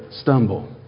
stumble